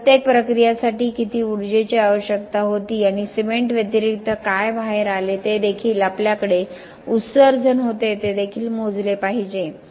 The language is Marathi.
या प्रत्येक प्रक्रियेसाठी किती ऊर्जेची आवश्यकता होती आणि सिमेंट व्यतिरिक्त काय बाहेर आले ते देखील आमच्याकडे उत्सर्जन होते ते देखील मोजले पाहिजे